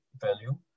value